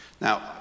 Now